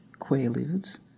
quaaludes